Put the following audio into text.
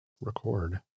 record